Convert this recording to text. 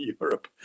Europe